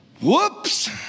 Whoops